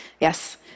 Yes